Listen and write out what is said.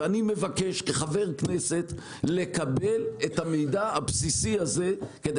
אני מבקש כחבר כנסת לקבל את המידע הבסיסי הזה כדי